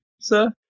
sir